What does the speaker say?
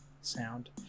sound